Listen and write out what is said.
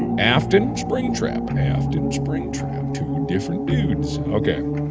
afton, springtrap. and afton, springtrap two different dudes ok,